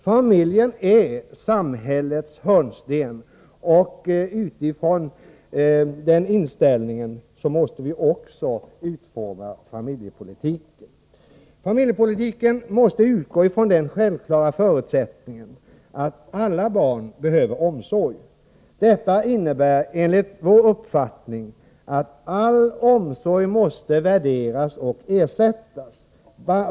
Familjen är samhällets hörnsten, och utifrån den inställningen måste vi också utforma familjepolitiken. Familjepolitiken måste utgå från den självklara förutsättningen att alla barn behöver omsorg. Detta innebär enligt vår uppfattning att all omsorg måste värderas och ersättas.